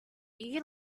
you